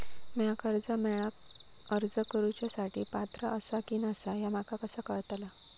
म्या कर्जा मेळाक अर्ज करुच्या साठी पात्र आसा की नसा ह्या माका कसा कळतल?